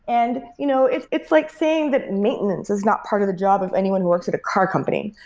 and you know it's it's like saying that maintenance is not part of the job of anyone who works at a car company.